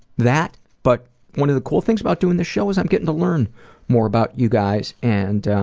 that, but one of the cool things about doing the show is i'm getting to learn more about you guys and